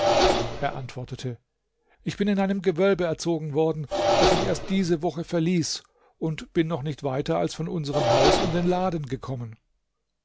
er antwortete ich bin in einem gewölbe erzogen worden das ich erst diese woche verließ und bin noch nicht weiter als von unserem haus in den laden gekommen